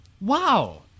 Wow